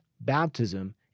baptism